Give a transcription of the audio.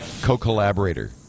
co-collaborator